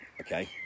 Okay